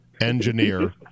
engineer